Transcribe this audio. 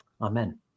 amen